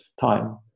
time